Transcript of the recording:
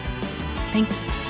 Thanks